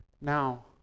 Now